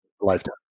lifetime